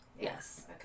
Yes